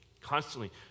constantly